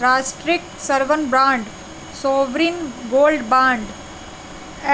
राष्ट्रिक स्वर्ण bond sovereign gold bond